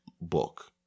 book